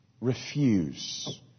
Refuse